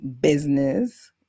business